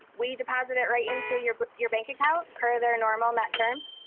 we deposit it right into your your bank account per their normal net terms.